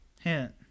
Hint